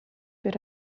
per